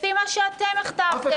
לפי מה שאתם הכתבתם.